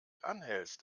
anhältst